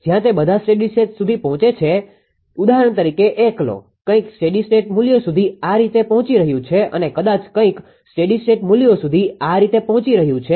જ્યાં તે બધા સ્ટેડી સ્ટેટ સુધી પહોંચે છે ઉદાહરણ તરીકે 1 લો કંઇક સ્ટેડી સ્ટેટ મૂલ્યો સુધી આ રીતે પહોંચી રહ્યું છે અને કદાચ કંઇક સ્ટેડી સ્ટેટ મુલ્યો સુધી આ રીતે પહોચી રહ્યુ છે